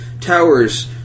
towers